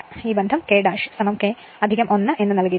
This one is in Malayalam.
ഈ ബന്ധം K K 1 എന്ന് നൽകിയിരിക്കുന്നു